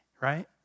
right